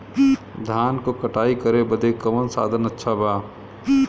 धान क कटाई करे बदे कवन साधन अच्छा बा?